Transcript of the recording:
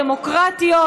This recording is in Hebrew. דמוקרטיות,